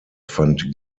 fand